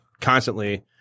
constantly